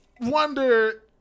wonder